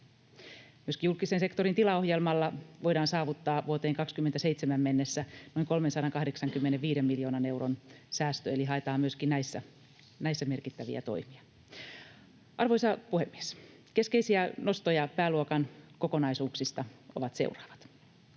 Myöskin julkisen sektorin tilaohjelmalla voidaan saavuttaa vuoteen 27 mennessä noin 385 miljoonan euron säästö, eli haetaan myöskin näissä merkittäviä toimia. Arvoisa puhemies! Keskeisiä nostoja pääluokan kokonaisuuksista ovat seuraavat: